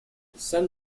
send